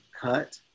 cut